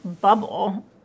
bubble